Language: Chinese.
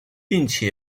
定期